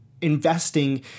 investing